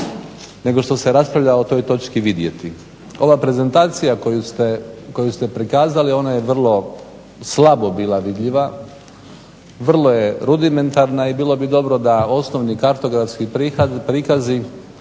nego što se raspravlja o toj točki vidjeti. Ova prezentacija koju ste prikazali ona je vrlo slabo bila vidljiva, vrlo je rudimentarna i bilo bi dobro da osnovni kartografski prikazi